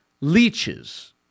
leeches